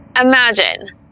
Imagine